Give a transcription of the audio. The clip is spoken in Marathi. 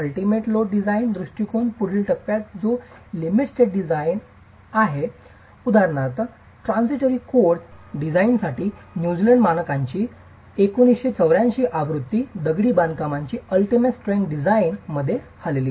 अलटीमेट लोड डिझाइन दृष्टीकोन पुढील टप्प्यात जातो जो लिमिट स्टेट डिसाईन आणि आहे उदाहरणार्थ ट्रान्झिटरी कोड डिझाइनसाठी न्यूझीलंड मानकांची 1984 आवृत्ती दगडी बांधकामाची अलटीमेट स्ट्रेंग्थ डिझाइन मध्येच हलली